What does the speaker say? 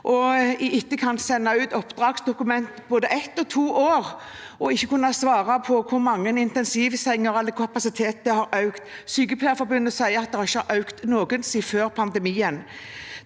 etterkant å sende ut oppdragsdokument både ett og to år og ikke kunne svare på hvor mye antall intensivsenger eller kapasiteten har økt. Sykepleierforbundet sier at det ikke har økt siden før pandemien.